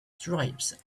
stripes